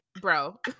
bro